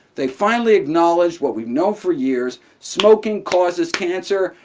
they finally acknowledged what we've known for years smoking causes cancer.